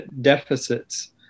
deficits